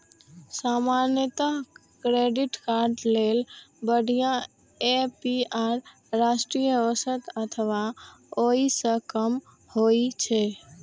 सामान्यतः credit card लेल बढ़िया ए.पी.आर राष्ट्रीय औसत अथवा ओइ सं कम होइ छै